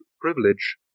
privilege